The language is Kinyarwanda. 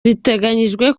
biteganyijwe